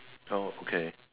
oh okay